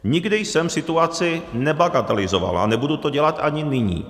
Nikdy jsem situaci nebagatelizoval a nebudu to dělat ani nyní.